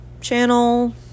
channel